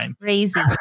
crazy